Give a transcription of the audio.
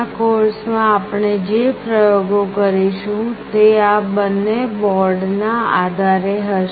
આ કોર્સ માં આપણે જે પ્રયોગો કરીશું તે આ બંને બોર્ડના આધારે હશે